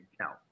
count